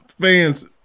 fans